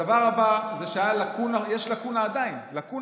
--- הדבר הבא זה שהייתה לקונה, יש לקונה חוקית